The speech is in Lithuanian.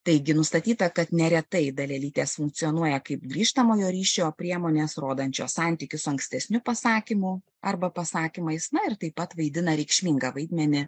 taigi nustatyta kad neretai dalelytės funkcionuoja kaip grįžtamojo ryšio priemonės rodančios santykius su ankstesniu pasakymu arba pasakymais na ir taip pat vaidina reikšmingą vaidmenį